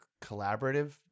collaborative